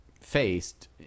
faced